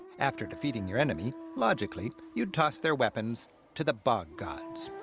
after defeating your enemy, logically, you'd toss their weapons to the bog gods.